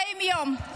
40 יום.